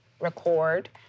record